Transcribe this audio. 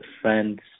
friends